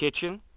kitchen